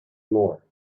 more